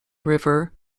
river